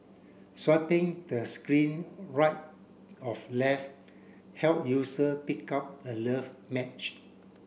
swiping the screen right of left help user pick up a love match